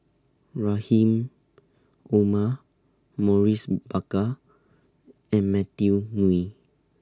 Rahim Omar Maurice Baker and Matthew Ngui